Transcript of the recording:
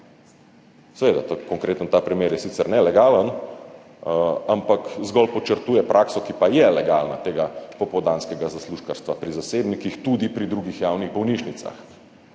Seveda, konkretno ta primer je sicer nelegalen, ampak zgolj podčrtuje prakso, ki pa je legalna, tega popoldanskega zaslužkarstva pri zasebnikih, tudi pri drugih javnih bolnišnicah.